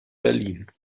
berlin